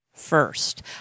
First